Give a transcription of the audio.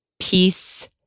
peace